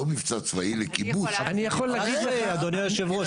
לא מבצע צבאי לכיבוש --- אדוני היושב-ראש,